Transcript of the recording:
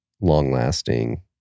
long-lasting